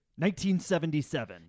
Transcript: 1977